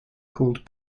called